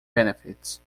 benefits